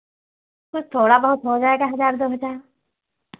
बस थोड़ा बहुत हो जाएगा हज़ार दो हज़ार